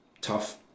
tough